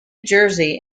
jersey